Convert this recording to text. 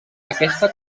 aquesta